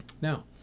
Now